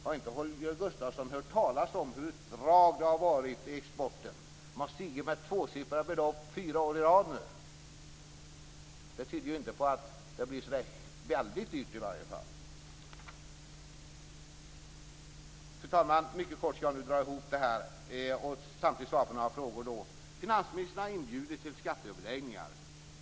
Har inte Holger Gustafsson hört talas om vilket drag det har varit i exporten? Exporten har stigit med tvåsiffriga belopp under fyra år i rad. Det tyder ju inte på att kostnaderna är så väldigt höga. Fru talman! Finansministern har inbjudit till skatteöverläggningar.